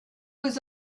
was